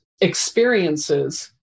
experiences